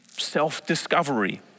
self-discovery